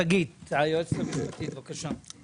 שגית אפיק, היועצת המשפטית לכנסת, בבקשה.